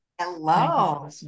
Hello